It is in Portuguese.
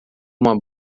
uma